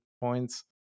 points